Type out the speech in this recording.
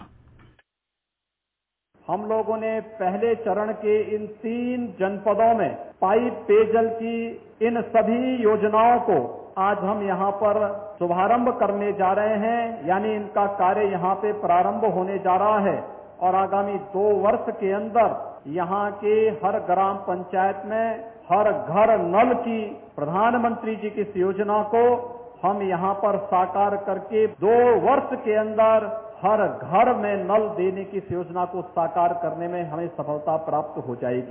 bite हम लोगों ने पहले चरण के इन तीन जनपदों में पाइप पेय जल की इन सभी योजनाओं को आज हम यहा पर शुभारम्भ करने जा रहे है यानी इनका कार्य यहां पर प्रारम्भ होने जा रहा है और आगामी दो वर्ष के अन्दर यहां के हर ग्राम पंचायत में हर घर नल की प्रधानमंत्री मोदी जी की इस योजना को हम यहां पर साकार करके दो वर्ष के अन्दर हर घर में नल देने की इस योजना को साकार करने में हमें सफलता प्राप्त हो जायेगी